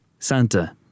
Santa